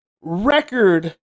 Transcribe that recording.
record